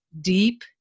deep